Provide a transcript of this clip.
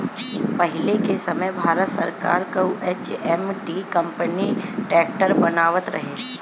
पहिले के समय भारत सरकार कअ एच.एम.टी कंपनी ट्रैक्टर बनावत रहे